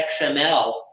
XML